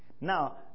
Now